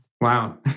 Wow